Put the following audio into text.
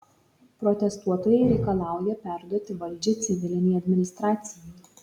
protestuotojai reikalauja perduoti valdžią civilinei administracijai